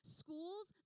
schools